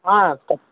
సరే